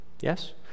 Yes